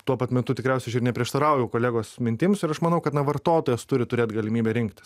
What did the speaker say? tuo pat metu tikriausiai aš ir neprieštarauju kolegos mintims ir aš manau kad na vartotojas turi turėt galimybę rinktis